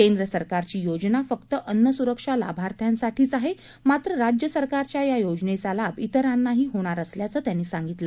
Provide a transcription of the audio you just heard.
केंद्र सरकारची योजना फक्त अन्नसुरक्षा लाभार्थ्यांसाठीच आहे मात्र राज्य सरकारच्या या योजनेचा लाभ इतरांनाही होणार असल्याचं त्यांनी सांगितलं